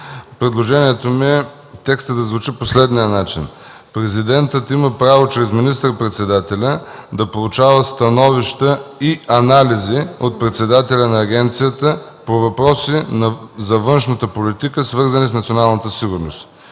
Предложението ми е текстът да звучи по следния начин: „Чл. 132а. Президентът има право чрез министър-председателя да получава становища и анализи от председателя на агенцията по въпроси за външната политика, свързани с националната сигурност.”